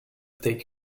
take